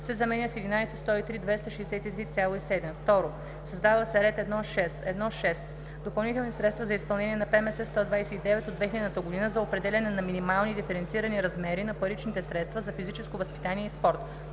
се заменя с „11 103 263,7“. 2. създава се ред 1.6: „1.6. допълнителни средства за изпълнение на ПМС 129 от 2000 г. за определяне на минимални диференцирани размери на паричните средства за физическо възпитание и спорт